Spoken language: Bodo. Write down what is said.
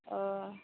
अ